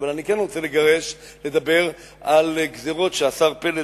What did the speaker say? אבל אני כן רוצה לדבר על גזירות שהשר פלד,